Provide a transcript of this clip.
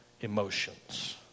Emotions